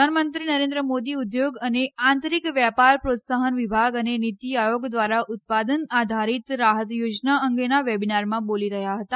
પ્રધાનમંત્રી નરેન્દ્ર મોદી ઉદ્યોગ અને આંતરિક વેપાર પ્રોત્સાહન વિભાગ અને નિતી આયોગ દ્વારા ઉત્પાદન આધારિત રાહત યોજના અંગેના વેબીનારમાં બોલી રહ્યા હતા